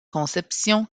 conception